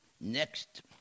Next